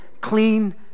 clean